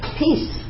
peace